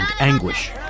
anguish